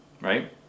right